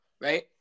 right